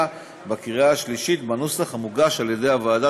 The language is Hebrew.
ובקריאה השלישית בנוסח המוגש על-ידי הוועדה.